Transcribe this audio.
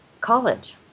college